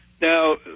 Now